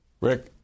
Rick